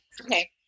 Okay